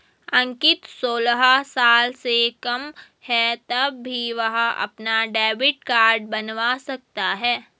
अंकित सोलह साल से कम है तब भी वह अपना डेबिट कार्ड बनवा सकता है